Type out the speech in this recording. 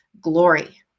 glory